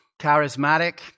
charismatic